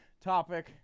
topic